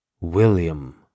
William